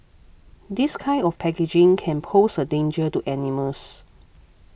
this kind of packaging can pose a danger to animals